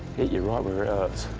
hit you right where it